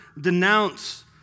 denounce